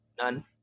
None